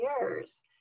years